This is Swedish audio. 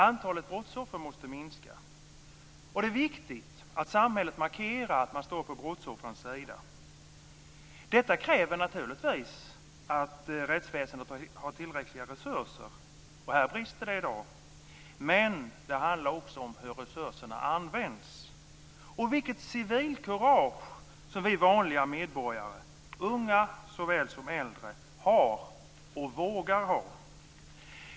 Antalet brottsoffer måste minska. Det är viktigt att samhället markerar att man står på brottsoffrens sida. Det kräver naturligtvis att rättsväsendet har tillräckliga resurser, och här brister det i dag. Men det handlar också om hur resurserna används och om vilket civilkurage som vi vanliga medborgare, unga såväl som äldre, har och vågar ha.